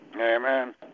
Amen